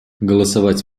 голосовать